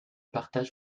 partage